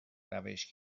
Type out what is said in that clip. روشی